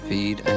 Feed